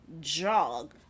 jog